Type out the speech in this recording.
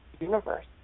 universe